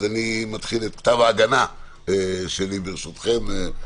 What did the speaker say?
אתחיל את כתב ההגנה שלי ברשותכם.